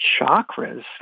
chakras